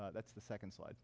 uh that's the second slide